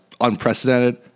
unprecedented